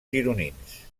gironins